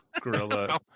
gorilla